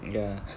ya